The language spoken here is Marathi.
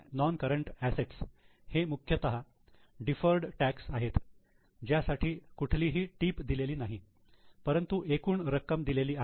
नोन करंट असेट्स हे मुख्यतः डिफर्ड टॅक्स आहेत ज्यासाठी कुठली ही टीप दिलेली नाही परंतु एकूण रक्कम दिलेली आहे